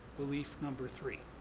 belief number three.